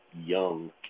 young